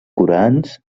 coreans